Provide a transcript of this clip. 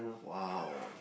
!wow!